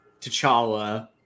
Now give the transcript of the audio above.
T'Challa